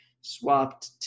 swapped